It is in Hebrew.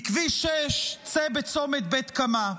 מכביש 6 צא בצומת בית קמה.